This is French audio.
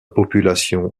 population